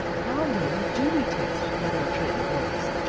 how then do we test whether a treatment works?